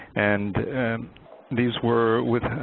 and these were with,